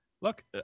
look